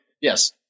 Yes